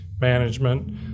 management